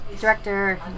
director